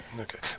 okay